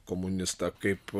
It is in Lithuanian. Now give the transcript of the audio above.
komunistą kaip